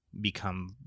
become